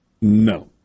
No